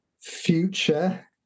future